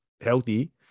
healthy